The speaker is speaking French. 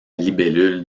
libellule